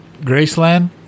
Graceland